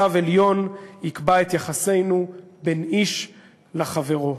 צו עליון יקבע את יחסינו בין איש לחברו".